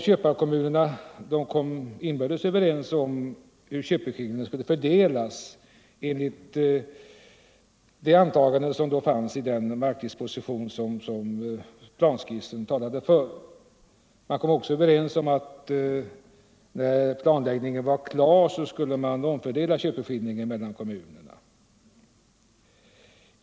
Köparkommunerna kom inbördes överens om hur köpeskillingen skulle fördelas enligt antagandena i den markdisposition som planskissen innehöll. Man kom också överens om att man när planfördelningen var klar skulle omfördela köpeskillingen mellan kommunerna.